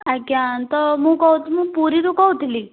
ଆଜ୍ଞା ତ ମୁଁ କହୁଥିଲି ପୁରୀରୁ କହୁଥିଲି